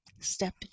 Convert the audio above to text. Step